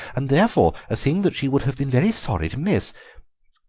and therefore a thing that she would have been very sorry to miss.